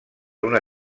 una